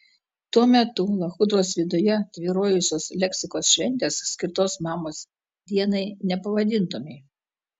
tuo metu lachudros viduje tvyrojusios leksikos šventės skirtos mamos dienai nepavadintumei